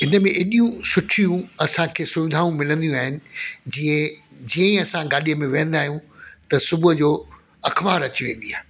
हिन में अहिड़ियूं सुठियूं असांखे सुविधाऊं मिलंदियूं आहिनि जीअं जीअं असां गाॾी में वेहंदा आहियूं त सुबुहु जो अख़बारु अची वेंदी आहे